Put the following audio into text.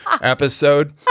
episode